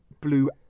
blue